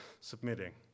submitting